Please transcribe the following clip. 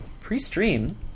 Pre-stream